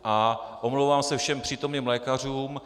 A omlouvám se všem přítomným lékařům.